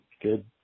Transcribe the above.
Good